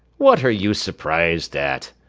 what are you surprised at?